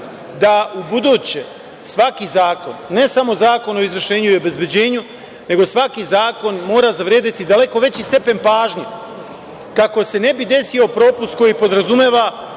da u buduće svaki zakon, ne samo Zakon o izvršenju i obezbeđenju, nego svaki zakon mora zavredeti daleko veći stepen pažnje kako se ne bi desio propust koji podrazumeva